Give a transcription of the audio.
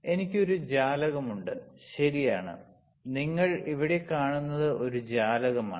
എനിക്ക് ഒരു ജാലകം ഉണ്ട് ശരിയാണ് നിങ്ങൾ ഇവിടെ കാണുന്നത് ഒരു ജാലകമാണ്